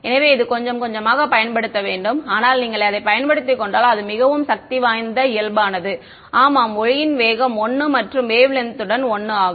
எனவே இது கொஞ்சம் கொஞ்சமாகப் பயன்படுத்தப்பட வேண்டும் ஆனால் நீங்கள் அதைப் பயன்படுத்திக் கொண்டால் அது மிகவும் சக்தி வாய்ந்தது இயல்பானது ஆமாம் ஒளியின் வேகம் 1 மற்றும் வேவ் லென்த்தும் 1 ஆகும்